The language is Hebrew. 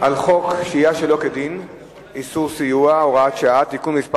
לחוק שהייה שלא כדין (איסור סיוע) (הוראות שעה) (תיקון מס'